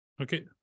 Okay